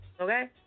Okay